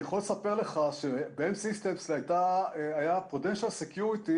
אני יכול לספר לך --- היה prudential securities,